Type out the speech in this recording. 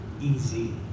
easy